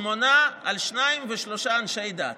שמונה על שניים ושלושה אנשי דת.